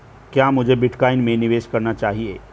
क्या मुझे बिटकॉइन में निवेश करना चाहिए?